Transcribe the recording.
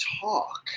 talk